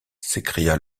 s’écria